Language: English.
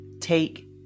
take